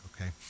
okay